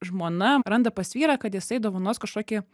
žmona randa pas vyrą kad jisai dovanos kažkokį